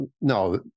No